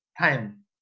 time